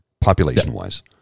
population-wise